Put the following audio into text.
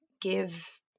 give